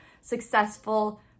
successful